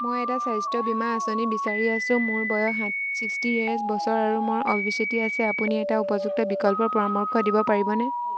মই এটা স্বাস্থ্য বীমা আঁচনি বিচাৰি আছোঁ মোৰ বয়স চিষ্টি ইয়েৰছ বছৰ আৰু মোৰ অভিছিটি আছে আপুনি এটা উপযুক্ত বিকল্পৰ পৰামৰ্শ দিব পাৰিবনে